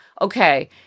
okay